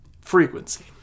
frequency